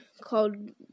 called